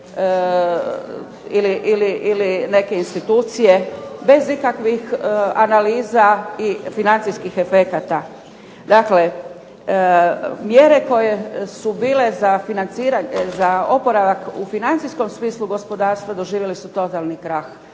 ili neke institucije bez ikakvih analiza i financijskih efekata. Dakle, mjere koje su bile za oporavak u financijskom smislu gospodarstva doživjele su totalni krah,